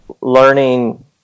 learning